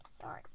sorry